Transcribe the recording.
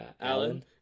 Alan